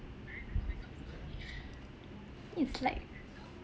it's like